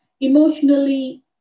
emotionally